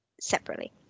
separately